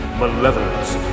malevolence